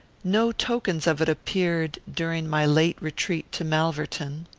no tokens of it appeared during my late retreat to malverton.